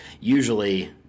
usually